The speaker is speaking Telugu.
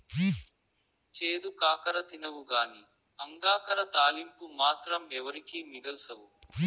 చేదు కాకర తినవుగానీ అంగాకర తాలింపు మాత్రం ఎవరికీ మిగల్సవు